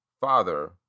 father